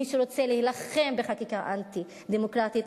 מי שרוצה להילחם בחקיקה אנטי-דמוקרטית,